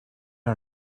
her